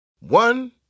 One